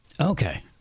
okay